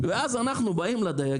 ואז אנחנו באים לדייגים.